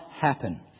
happen